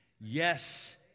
Yes